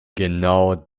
genau